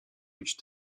which